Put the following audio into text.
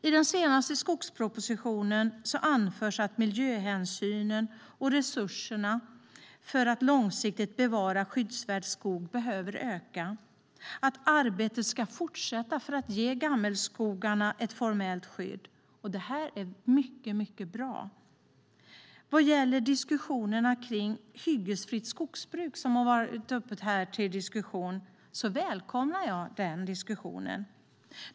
I den senaste skogspropositionen anförs att miljöhänsynen och resurserna för att långsiktigt bevara skyddsvärd skog behöver öka samt att arbetet ska fortsätta för att ge gammelskogarna ett formellt skydd. Detta är mycket bra. Vad gäller diskussionerna om hyggesfritt skogsbruk välkomnar jag de diskussionerna.